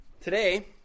Today